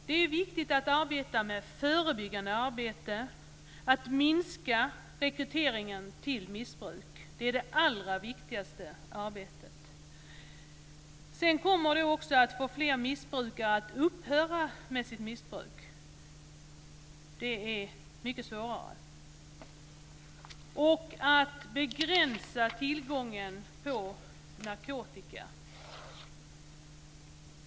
Det är viktigt att arbeta med förebyggande arbete och att minska rekryteringen till missbruk. Det är det allra viktigaste arbetet. Sedan tillkommer detta att få fler missbrukare att upphöra med sitt missbruk. Det är mycket svårare. Man måste också begränsa tillgången på narkotika.